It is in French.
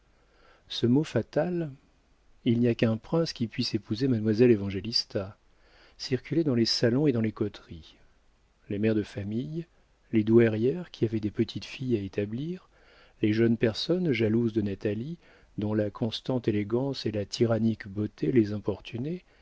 ce mot fatal il n'y a qu'un prince qui puisse épouser mademoiselle évangélista circulait dans les salons et dans les coteries les mères de famille les douairières qui avaient des petites-filles à établir les jeunes personnes jalouses de natalie dont la constante élégance et la tyrannique beauté les importunaient